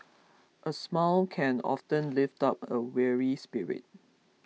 a smile can often lift up a weary spirit